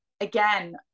again